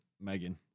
megan